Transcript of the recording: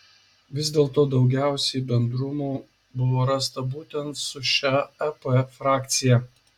vis dėlto daugiausiai bendrumų buvo rasta būtent su šia ep frakcija